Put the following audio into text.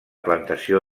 plantació